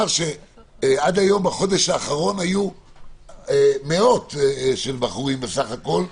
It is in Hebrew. עד היום בחודש האחרון היו מאות בחורים בסך הכול,